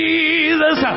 Jesus